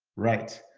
right.